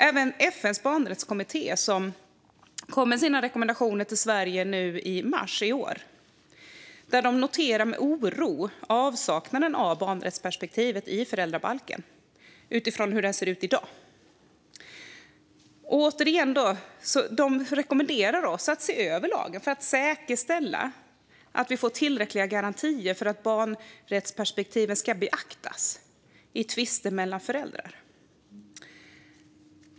Även FN:s barnrättskommitté kom med sina rekommendationer till Sverige nu i mars i år. De noterar med oro avsaknaden av barnrättsperspektivet i föräldrabalken utifrån hur den ser ut i dag. Återigen: De rekommenderar oss att se över lagen för att säkerställa att vi får tillräckliga garantier för att barnrättsperspektivet ska beaktas i tvister mellan föräldrar.